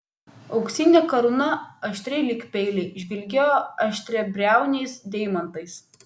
auksinė karūna aštri lyg peiliai žvilgėjo aštriabriauniais deimantais